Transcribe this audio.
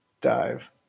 dive